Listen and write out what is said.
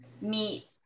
meet